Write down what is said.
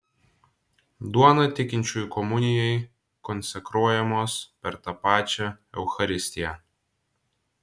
duona tikinčiųjų komunijai konsekruojamos per tą pačią eucharistiją